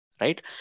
right